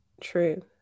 true